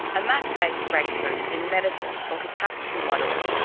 a maths-based breakthrough in medicine or catastrophe modelling,